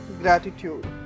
gratitude